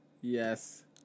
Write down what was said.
Yes